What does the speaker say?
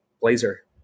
blazer